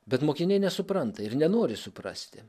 bet mokiniai nesupranta ir nenori suprasti